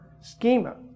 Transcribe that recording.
schema